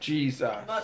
Jesus